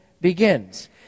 begins